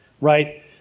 Right